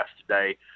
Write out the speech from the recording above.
today